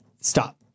Stop